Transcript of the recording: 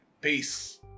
Peace